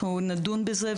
אנחנו נדון בזה,